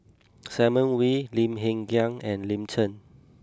Simon Wee Lim Hng Kiang and Lin Chen